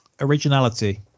Originality